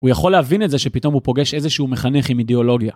הוא יכול להבין את זה שפתאום הוא פוגש איזשהו מחנך עם אידיאולוגיה.